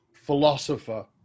philosopher